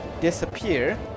disappear